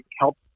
help